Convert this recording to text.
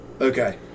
Okay